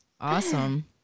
awesome